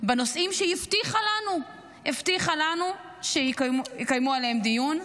בנושאים שהיא הבטיחה לנו שיקיימו עליהם דיון,